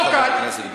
תודה, חבר הכנסת גליק.